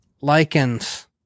lichens